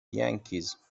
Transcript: yankees